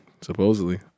supposedly